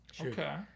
Okay